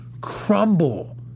crumble